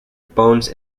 bones